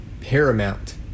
paramount